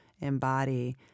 embody